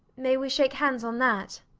may we shake hands on that?